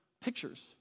pictures